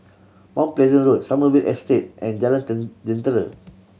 Mount Pleasant Road Sommerville Estate and Jalan Jentera